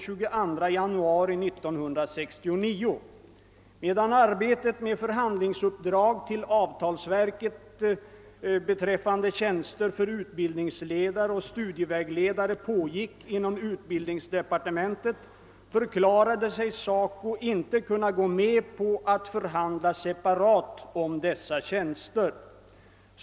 uppdrag till avtalsverket beträffande tjänster för utbildningsledare och studievägledare pågick inom utbildningsdepartementet förklarade sig SACO inte kunna gå med på att förhandla separat om dessa tjänster.